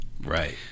Right